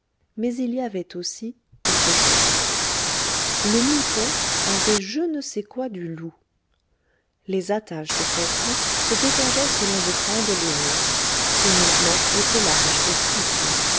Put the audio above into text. mais il y avait aussi autre chose le mouton avait je ne sais quoi du loup les attaches de son cou se dégageaient selon de grandes lignes ses mouvements étaient larges et souples